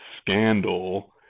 scandal